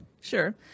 Sure